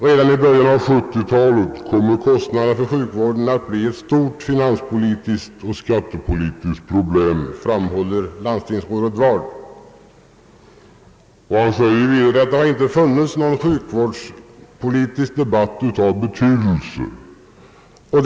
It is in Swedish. Redan i början av 1970-talet kommer kostnaderna för sjukvården att bli ett stort finanspolitiskt och skattepolitiskt problem.» Han fortsatte: »Det har inte funnits någon sjukvårdspolitisk debatt av betydelse.